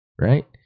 right